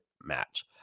match